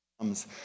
comes